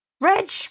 Reg